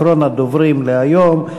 אחרון הדוברים להיום,